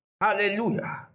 hallelujah